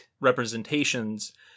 representations